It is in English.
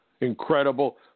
Incredible